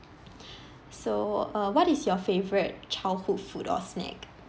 so uh what is your favourite childhood food or snack